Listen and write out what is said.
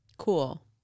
Cool